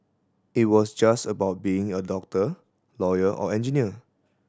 it was just about being a doctor lawyer or engineer